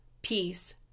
Peace